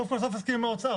סוף כל סוף נסכים עם האוצר.